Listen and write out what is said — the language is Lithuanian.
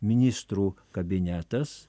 ministrų kabinetas